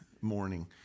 morning